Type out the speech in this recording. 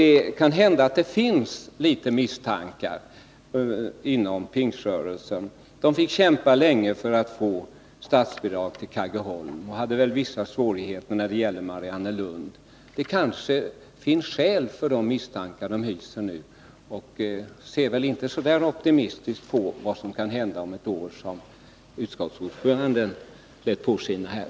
Det kan hända att man har en del misstankar inom Pingströrelsen. Man fick där kämpa länge för att få statsbidrag till Kaggeholm och hade också vissa svårigheter när det gällde Mariannelund. Det finns kanske skäl för de misstankar man nu hyser. Man ser väl inte lika optimistiskt som utskottets ordförande på vad som kan hända om något år.